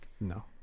No